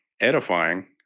edifying